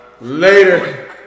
later